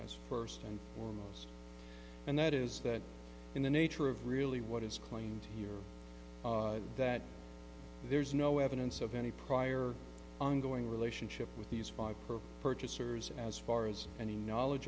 as first and foremost and that is that in the nature of really what is claimed here that there's no evidence of any prior ongoing relationship with these five per purchasers as far as any knowledge